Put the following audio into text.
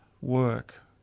work